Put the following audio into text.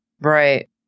Right